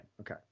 Okay